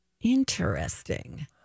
interesting